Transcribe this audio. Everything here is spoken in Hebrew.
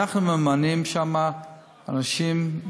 אנחנו ממנים שם אנשים,